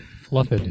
Fluffed